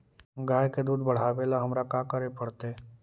गाय के दुध बढ़ावेला हमरा का करे पड़तई?